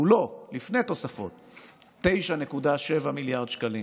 כולו לפני תוספות הוא 9.7 מיליארד שקלים.